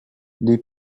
les